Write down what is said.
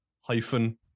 hyphen